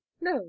No